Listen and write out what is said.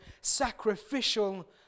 sacrificial